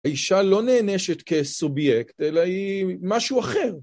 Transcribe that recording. האישה לא נענשת כסובייקט, אלא היא משהו אחר.